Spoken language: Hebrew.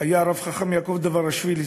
היה הרב יעקב דבראשווילי